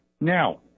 Now